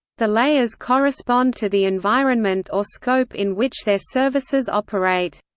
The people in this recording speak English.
the layers correspond to the environment or scope in which their services operate.